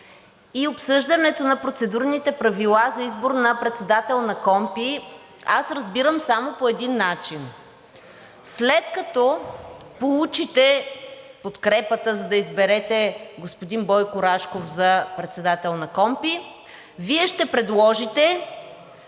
и обсъждането на процедурните правила за избор на председател на КПКОНПИ аз разбирам само по един начин – след като получите подкрепата, за да изберете господин Бойко Рашков за председател на КПКОНПИ, Вие ще предложите